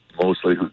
Mostly